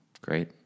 Great